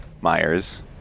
Myers